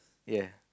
ya